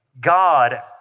God